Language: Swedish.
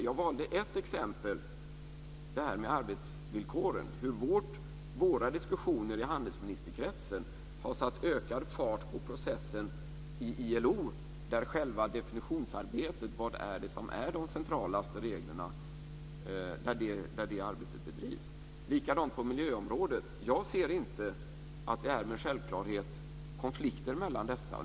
Jag valde ett exempel, detta med arbetsvillkoren och hur våra diskussioner i handelsministerkretsen har satt ökad fart på processen i ILO där själva definitionsarbetet med vad som är de centralaste reglerna bedrivs. Likadant är det på miljöområdet. Jag ser inte att det med självklarhet är konflikter mellan dessa.